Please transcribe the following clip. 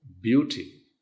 beauty